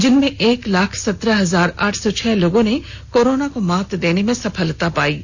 जिसमें एक लाख सत्रह हजार आठ सौ छह लोगों ने कोरोना को मात देने में सफलता पाई है